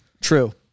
True